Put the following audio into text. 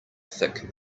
thick